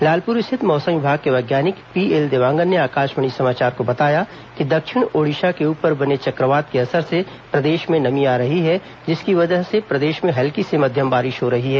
लालपुर स्थित मौसम विभाग के वैज्ञानिक पीएल देवांगन ने आकाशवाणी समाचार को बताया कि दक्षिण ओडिशा के ऊपर बने चक्रवात के असर से प्रदेश में नमी आ रही है जिसकी वजह से हल्की से मध्यम बारिश हो रही है